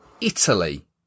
Italy